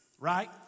right